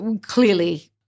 clearly